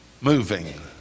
moving